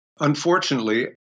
Unfortunately